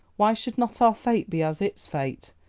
why should not our fate be as its fate,